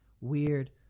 weird